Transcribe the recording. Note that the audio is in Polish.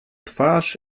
twarz